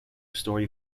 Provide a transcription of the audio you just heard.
story